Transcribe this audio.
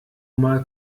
mal